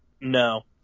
No